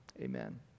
Amen